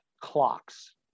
clocks